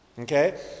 Okay